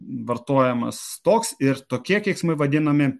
vartojamas toks ir tokie keiksmai vadinami